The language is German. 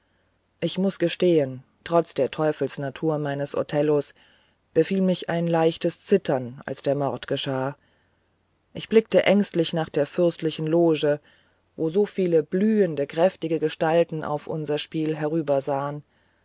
ich muß gestehen trotz der teufelsnatur meines othello befiel mich ein leichtes zittern als der mord geschah ich blickte ängstlich nach der fürstlichen loge wo so viele blühende kräftige gestalten auf unser spiel